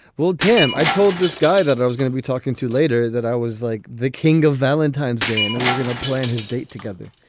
well, tim, i told this guy that i was going to be talking to later, that i was like the king of valentine's day and we were going to plan his date together